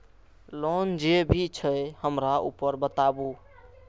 Loan जे भी छे हमरा ऊपर बताबू?